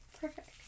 Perfect